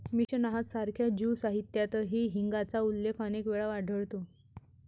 Mishnah सारख्या Jew साहित्यातही हिंगाचा उल्लेख अनेक वेळा आढळतो